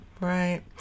right